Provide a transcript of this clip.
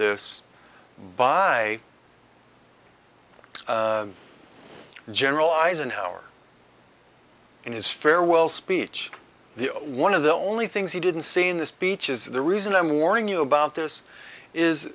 this by general eisenhower and his farewell speech the one of the only things he didn't say in the speech is the reason i'm warning you about this is